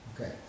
Okay